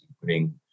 putting